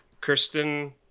Kristen